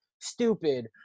Stupid